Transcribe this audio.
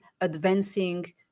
advancing